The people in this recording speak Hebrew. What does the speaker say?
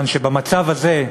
במצב הזה,